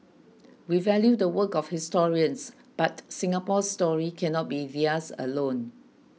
we value the work of historians but Singapore's story cannot be theirs alone